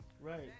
Right